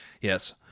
Yes